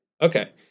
okay